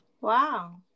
Wow